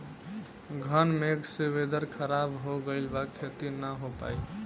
घन मेघ से वेदर ख़राब हो गइल बा खेती न हो पाई